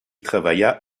travailla